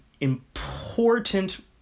important